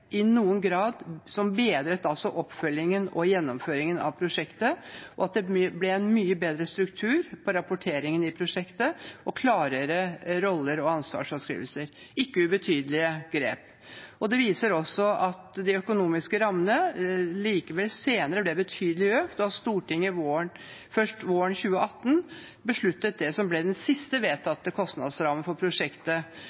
i noen grad bedret oppfølgingen og gjennomføringen av prosjektet, og at det ble en mye bedre struktur på rapporteringen i prosjektet og klarere rolle- og ansvarsbeskrivelser – ikke ubetydelige grep. Det viser også at de økonomiske rammene likevel senere ble betydelig økt, og at Stortinget først våren 2018 besluttet det som ble den siste